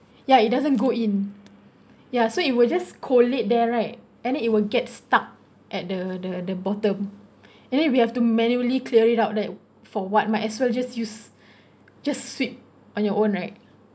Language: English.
ya it doesn't go in ya so it will just collect there right and then it will get stuck at the the the bottom and then we have to manually clear it out that for what might as well just use just sweep on your own right